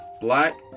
Black